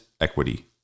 equity